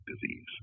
disease